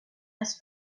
his